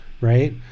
Right